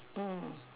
mm